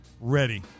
ready